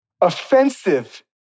Offensive